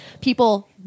People